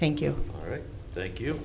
thank you thank you